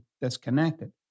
disconnected